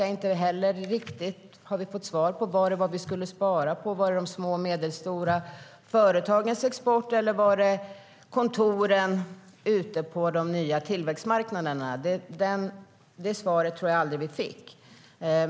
Jag vet inte om vi har fått svar på frågan vad vi skulle spara på: Var det på de små och medelstora företagens export eller var det kontoren på de nya tillväxtmarknaderna? Vi fick aldrig det svaret.